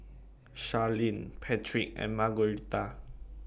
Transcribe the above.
Sharlene Patric and Margueritta